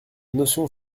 notion